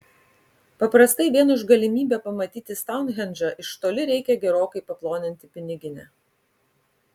paprastai vien už galimybę pamatyti stounhendžą iš toli reikia gerokai paploninti piniginę